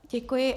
Děkuji.